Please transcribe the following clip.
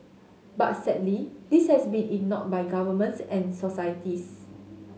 but sadly this has been ignored by governments and societies